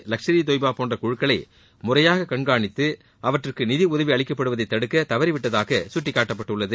லஷ்கரே தொய்பா போன்ற குழுக்களை முறையாக கண்காணித்து அவற்றுக்கு நிதி உதவி அளிக்கப்படுவதை தடுக்க தவறிவிட்டதாக சுட்டிகாட்டபப்பட்டுள்ளது